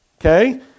okay